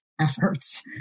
efforts